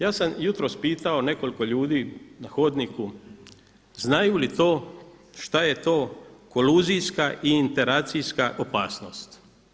Ja sam jutros pitao nekoliko ljudi na hodniku znaju li to šta je to koluzijska i interacijska opasnost.